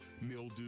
mildew